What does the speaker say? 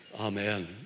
Amen